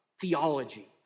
theology